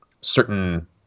certain